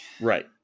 Right